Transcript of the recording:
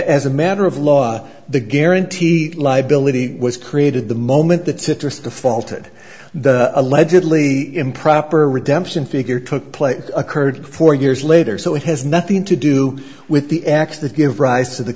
as a matter of law the guarantee liability was created the moment the citrus defaulted the allegedly improper redemption figure took place occurred four years later so it has nothing to do with the acts that give rise to the